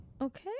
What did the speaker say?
Okay